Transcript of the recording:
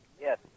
Yes